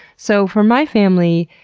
so for my family,